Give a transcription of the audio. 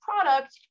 product